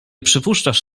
przypuszczasz